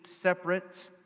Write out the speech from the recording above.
separate